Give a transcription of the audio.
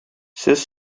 сез